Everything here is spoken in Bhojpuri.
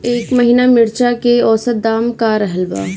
एह महीना मिर्चा के औसत दाम का रहल बा?